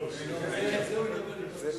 זה ירד מסדר-היום.